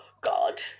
god